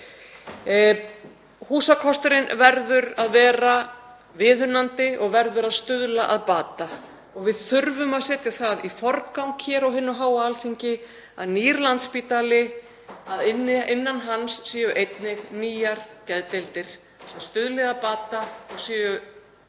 Húsakosturinn verður að vera viðunandi og verður að stuðla að bata og við þurfum að setja það í forgang hér á hinu háa Alþingi að innan hins nýja Landspítala séu einnig nýjar geðdeildir, sem stuðli að bata, að